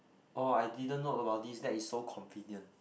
oh I didn't know about this that is so convenient